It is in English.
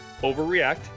overreact